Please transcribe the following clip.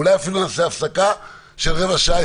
אולי אפילו נעשה הפסקה של רבע שעה,